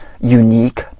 unique